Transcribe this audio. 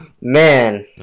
man